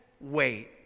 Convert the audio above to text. wait